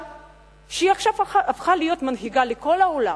שעכשיו הפכה להיות מנהיגה לכל העולם.